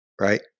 Right